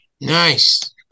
nice